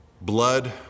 Blood